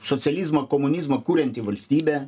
socializmo komunizmo kurianti valstybė